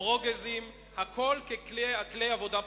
ברוגזים, הכול ככלי עבודה פרלמנטריים.